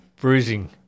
bruising